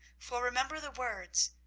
for remember the words,